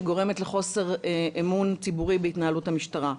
שגורמת לחוסר אמון ציבורי בהתנהלות המשטרה.